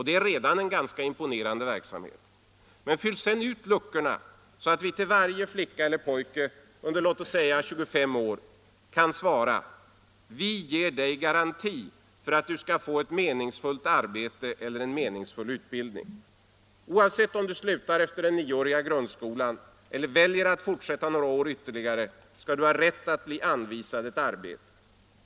Det är redan en ganska imponerande verksamhet. Men fyll sedan ut luckorna så att vi till varje flicka och pojke under låt oss säga 25 år kan säga: Vi ger dig garanti för att du skall få ett meningsfullt arbete eller en meningsfull utbildning. Oavsett om du slutar efter den nioåriga grundskolan eller väljer att fortsätta några år ytterligare skall du ha rätt att bli anvisad ett arbete.